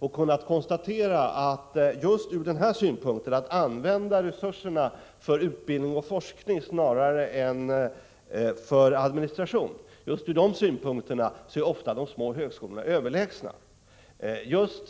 Jag har då kunnat konstatera att de små högskolorna ofta är överlägsna just när det gäller att använda resurserna för utbildning och forskning snarare än för administration.